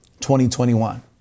2021